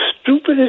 stupidest